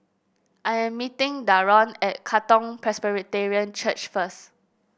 I am meeting Daron at Katong Presbyterian Church first